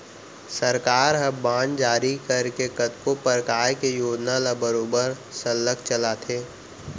सरकार ह बांड जारी करके कतको परकार के योजना ल बरोबर सरलग चलाथे